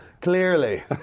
Clearly